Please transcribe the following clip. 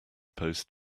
post